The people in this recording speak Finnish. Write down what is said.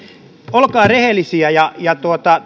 olkaa rehellisiä ja ja